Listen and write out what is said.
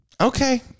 Okay